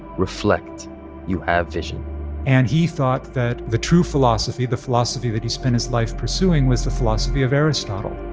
reflect you have vision and he thought that the true philosophy, the philosophy that he spent his life pursuing, was the philosophy of aristotle.